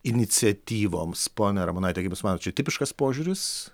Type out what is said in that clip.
iniciatyvoms ponia ramonaite kaip jūs manot čia tipiškas požiūris